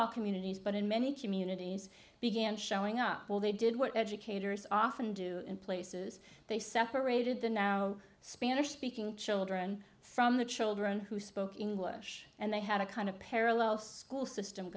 all communities but in many communities began showing up well they did what educators often do in places they separated the now spanish speaking children from the children who spoke english and they had a kind of parallel school system